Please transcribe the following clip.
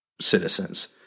citizens